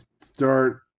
start